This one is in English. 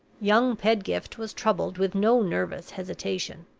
young pedgift was troubled with no nervous hesitation.